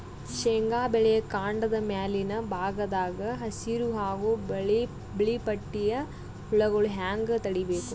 ಶೇಂಗಾ ಬೆಳೆಯ ಕಾಂಡದ ಮ್ಯಾಲಿನ ಭಾಗದಾಗ ಹಸಿರು ಹಾಗೂ ಬಿಳಿಪಟ್ಟಿಯ ಹುಳುಗಳು ಹ್ಯಾಂಗ್ ತಡೀಬೇಕು?